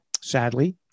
Sadly